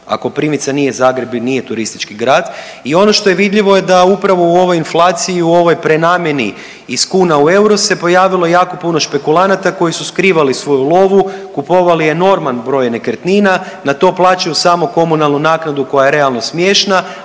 a Koprivnica nije Zagreb i nije turistički grad. I ono što je vidljivo je da upravo u ovoj inflaciji i u ovoj prenamjeni iz kuna u euro se pojavilo jako puno špekulanata koji su skrivali svoju lovu, kupovali enorman broj nekretnina. Na to plaćaju samo komunalnu naknadu koja je realno smiješna,